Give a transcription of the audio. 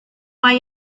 hay